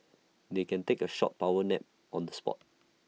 they can take A short power nap on the spot